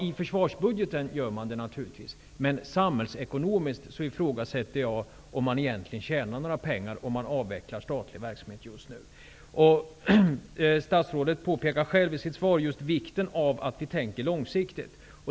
I försvarsbudgeten gör man naturligtvis det, men jag ifrågasätter om man samhällsekonomiskt egentligen tjänar några pengar om man just nu avvecklar statlig verksamhet. Statsrådet betonar själv i sitt svar vikten av att vi tänker långsiktigt.